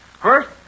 First